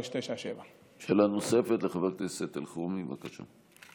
2397. שאלה נוספת לחבר הכנסת אלחרומי, בבקשה.